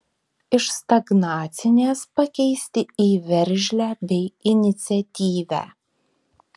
iš stagnacinės pakeisti į veržlią bei iniciatyvią